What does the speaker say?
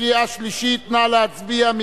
קריאה שלישית, נא להצביע.